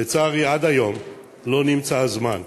לצערי, עד היום לא נמצא הזמן.